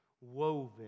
woven